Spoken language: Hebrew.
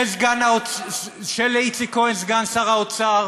של איציק כהן סגן שר האוצר